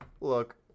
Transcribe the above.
Look